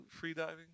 freediving